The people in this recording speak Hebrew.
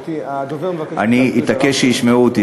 אני אתעקש שישמעו אותי.